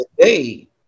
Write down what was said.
today